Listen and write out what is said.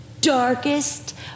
darkest